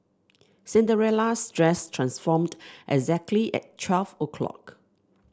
Cinderella's dress transformed exactly at twelve o'clock